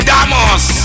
Damos